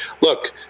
look